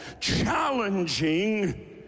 challenging